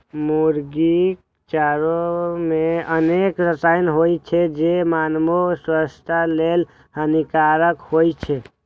मुर्गीक चारा मे अनेक रसायन होइ छै, जे मानवो स्वास्थ्य लेल हानिकारक होइ छै